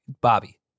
Bobby